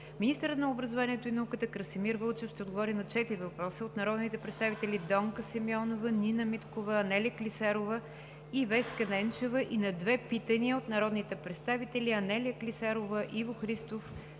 Министърът на образованието и науката Красимир Вълчев ще отговори на четири въпроса от народните представители Донка Симеонова, Нина Миткова, Анелия Клисарова и Веска Ненчева, и на две питания от народните представители Анелия Клисарова, Иво Христов,